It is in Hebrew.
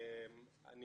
(שקף: הישגי ישראל במבחנים הבין-לאומיים).